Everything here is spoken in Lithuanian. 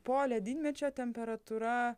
po ledynmečio temperatūra